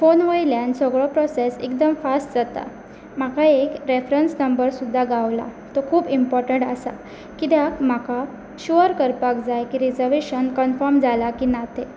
phone वयल्यान सगळो process एकदम फास्ट जाता म्हाका एक रेफरंस नंबर सुद्दा गावला तो खूब इम्पोटंट आसा कित्याक म्हाका शुअर करपाक जाय की रिजवेशन कन्फम जाला की ना तें